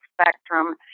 spectrum